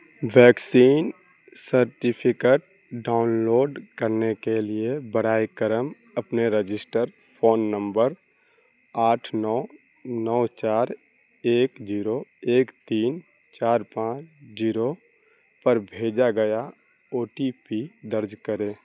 vaccine certificate download کرنے کے لیے برائے کرم اپنے رجسٹرڈ فون نمبر آٹھ نو نو چار ایک زیرو ایک تین چار پانچ زیرو پر بھیجا گیا او ٹی پی درج کریں